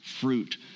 fruit